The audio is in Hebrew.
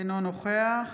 אינו נוכח